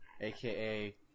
aka